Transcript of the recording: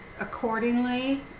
accordingly